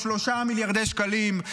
3 מיליארדי שקלים?